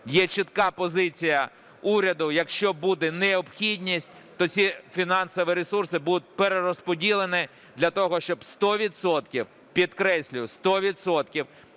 Є чітка позиція уряду: якщо буде необхідність, то ці фінансові ресурси будуть перерозподілені, для того щоб 100 відсотків,